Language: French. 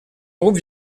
groupe